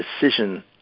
decision